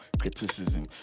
criticism